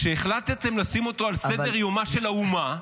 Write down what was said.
שהחלטתם לשים אותו על סדר-יומה של האומה,